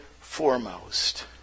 foremost